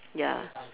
ya